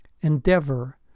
Endeavor